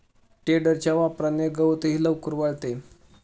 टेडरच्या वापराने गवतही लवकर वाळते